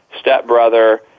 stepbrother